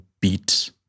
beat